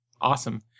awesome